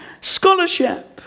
scholarship